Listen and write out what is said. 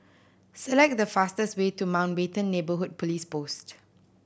select the fastest way to Mountbatten Neighbourhood Police Post